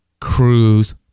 cruise